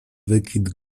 wykwit